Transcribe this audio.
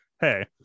Hey